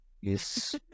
Yes